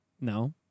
No